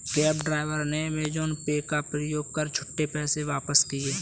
cab driver ने Amazon Pay का प्रयोग कर छुट्टे पैसे वापस किए